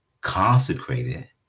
consecrated